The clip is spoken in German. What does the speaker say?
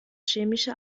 chemische